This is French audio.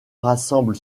rassemble